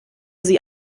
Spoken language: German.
sie